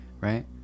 right